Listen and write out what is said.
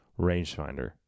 rangefinder